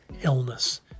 illness